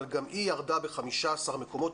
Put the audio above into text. אבל גם היא ירדה ב-15 מקומות,